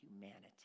humanity